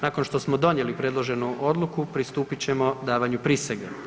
Nakon što smo donijeli predloženu odluku pristupit ćemo davanju prisege.